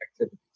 activities